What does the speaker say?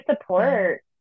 support